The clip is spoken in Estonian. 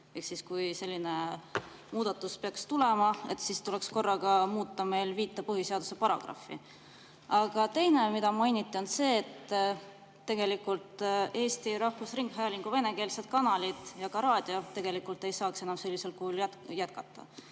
kui selline muudatus peaks tulema, siis tuleks meil korraga muuta viit põhiseaduse paragrahvi. Aga teine asi, mida mainiti, on see, et tegelikult Eesti Rahvusringhäälingu venekeelsed kanalid ja ka raadio tegelikult ei saaks enam sellisel kujul jätkata.